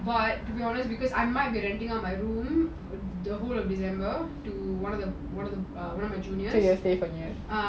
but to be honest because I might be renting out my room the whole december to one of the juniors ah